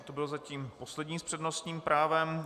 To byl zatím poslední s přednostním právem.